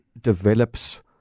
develops